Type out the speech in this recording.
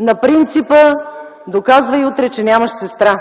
на принципа „доказвай утре, че нямаш сестра”.